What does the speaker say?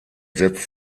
setzt